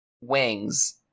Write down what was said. wings